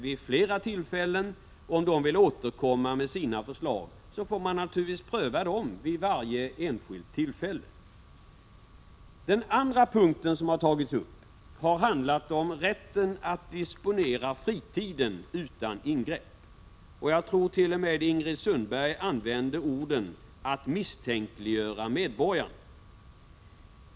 De är oförhindrade att återkomma med sina förslag. Sedan får man naturligtvis pröva dem vid varje enskilt tillfälle. Den andra punkten som har tagits upp har handlat om rätten att disponera fritiden utan ingrepp. Jag tror t.o.m. Ingrid Sundberg använde orden ”att misstänkliggöra medborgarna”.